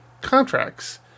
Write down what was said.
contracts